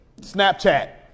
Snapchat